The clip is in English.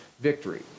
victory